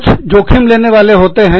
कुछ जोखिम लेने वाले होते हैं